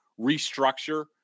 restructure